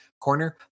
corner